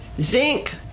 zinc